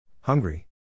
Hungry